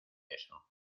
eso